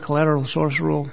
collateral source rule